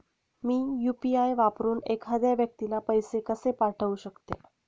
मी UPI वापरून एखाद्या व्यक्तीला पैसे कसे पाठवू शकते?